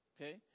Okay